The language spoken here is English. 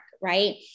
right